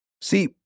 See